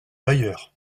bailleurs